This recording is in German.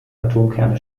atomkerne